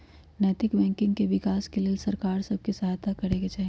नैतिक बैंकिंग के विकास के लेल सरकार सभ के सहायत करे चाही